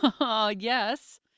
Yes